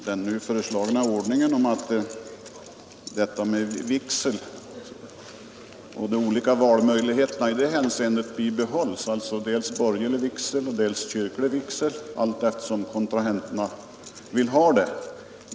Herr talman! Jag tror inte den stora allmänheten har något emot att den nuvarande ordningen med kyrklig eller borgerlig vigsel bibehålls.